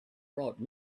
brought